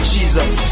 Jesus